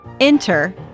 Enter